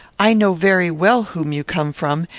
i know very well whom you come from,